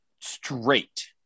straight